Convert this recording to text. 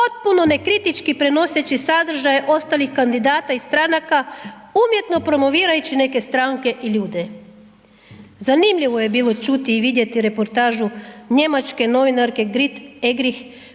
potpuno nekritički prenoseći sadržaj ostalih kandidata i stranaka umjetno promovirajući neke stranke i ljude. Zanimljivo je bilo čuti i vidjeti reportažu njemačke novinarke Grit Eggerichs